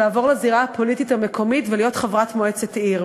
לעבור לזירה הפוליטית המקומית ולהיות חברת מועצת עיר.